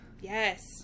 Yes